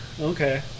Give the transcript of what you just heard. okay